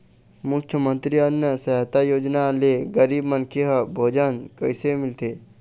मुख्यमंतरी अन्न सहायता योजना ले गरीब मनखे ह भोजन कइसे मिलथे?